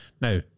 Now